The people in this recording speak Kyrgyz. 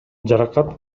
жаракат